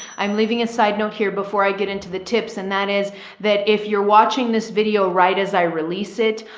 i'm leaving a side note here before i get into the tips. and is that if you're watching this video right, as i release it,